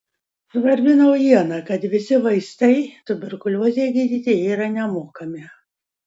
svarbi naujiena kad visi vaistai tuberkuliozei gydyti yra nemokami